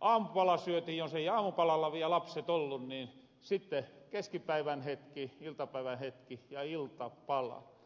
aamupala syötiin jos ei aamupalalla viel lapset ollu niin sitte keskipäivän hetki iltapäivän hetki ja iltapala